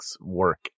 work